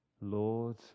Lord